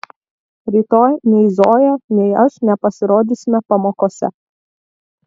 rytoj nei zoja nei aš nepasirodysime pamokose